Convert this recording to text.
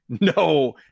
no